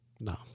No